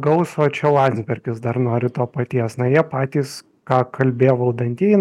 gaus va čia landsbergis dar nori to paties na jie patys ką kalbėjo valdantieji